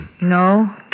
No